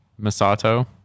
Masato